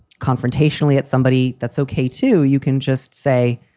confrontational at somebody, that's ok, too. you can just say,